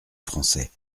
français